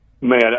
Man